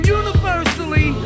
universally